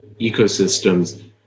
ecosystems